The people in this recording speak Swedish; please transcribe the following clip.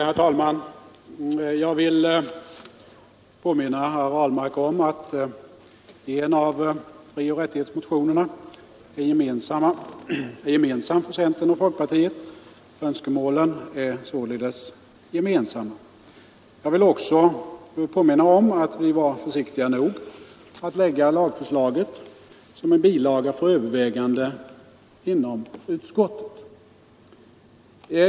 Herr talman! Jag vill påminna herr Ahlmark om att en av motionerna rörande frioch rättigheter är gemensam för centern och folkpartiet. Önskemålen är således gemensamma. Jag vill också påminna om att vi varit försiktiga nog att lägga lagförslaget som en bilaga för överväganden inom utskottet.